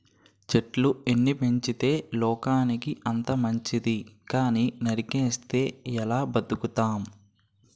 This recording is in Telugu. చెట్లు ఎన్ని పెంచితే లోకానికి అంత మంచితి కానీ నరికిస్తే ఎలా బతుకుతాం?